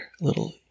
little